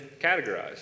categorized